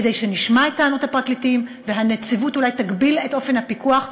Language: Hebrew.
כדי שנשמע את טענות הפרקליטים והנציבות אולי תגביל את אופן הפיקוח,